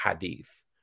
hadith